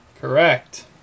Correct